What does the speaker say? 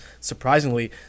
surprisingly